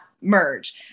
merge